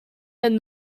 than